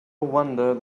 wonder